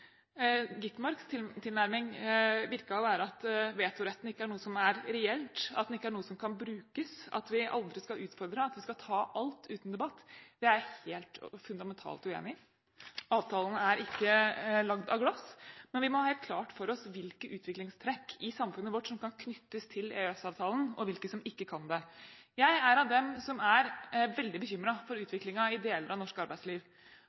tilnærming virket å være at vetoretten ikke er noe som er reelt, at den ikke er noe som kan brukes, at vi aldri skal utfordre, og at vi skal ta alt uten debatt. Det er jeg helt og fundamentalt uenig i. Avtalen er ikke er lagd av glass, men vi må ha helt klart for oss hvilke utviklingstrekk i samfunnet vårt som kan knyttes til EØS-avtalen, og hvilke som ikke kan det. Jeg er av dem som er veldig bekymret for